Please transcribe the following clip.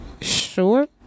sure